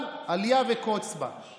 אבל אליה וקוץ בה,